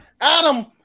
Adam